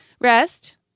rest